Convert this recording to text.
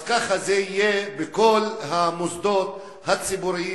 ככה זה יהיה בכל המוסדות הציבוריים.